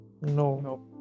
No